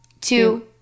Two